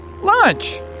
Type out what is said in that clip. Lunch